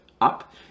up